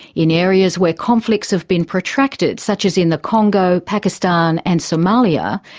in areas where conflicts have been protracted such as in the congo, pakistan and somalia,